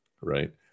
right